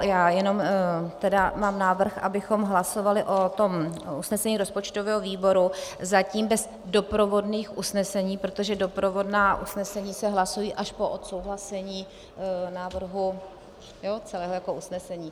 Já jenom tedy mám návrh, abychom hlasovali o usnesení rozpočtového výboru zatím bez doprovodných usnesení, protože doprovodná usnesení se hlasují až po odsouhlasení návrhu celého usnesení.